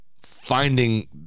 finding